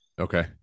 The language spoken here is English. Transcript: Okay